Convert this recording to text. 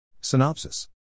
Synopsis